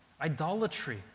idolatry